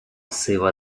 сива